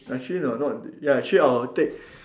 actually no not ya actually I will take